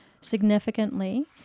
significantly